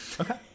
Okay